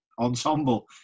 ensemble